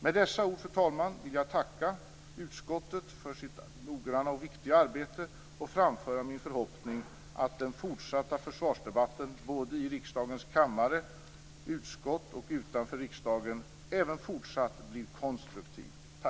Med dessa ord, fru talman, vill jag tacka utskottet för dess noggranna och viktiga arbete och framföra min förhoppning att den fortsatta försvarsdebatten, både i riksdagens kammare och utskott och utanför riksdagen, även fortsatt blir konstruktiv.